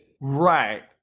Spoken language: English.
Right